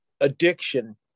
addiction